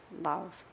love